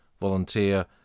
volunteer